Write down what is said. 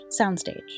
soundstage